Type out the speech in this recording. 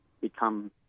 become